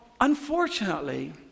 unfortunately